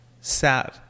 sad